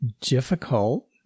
difficult